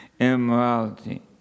immorality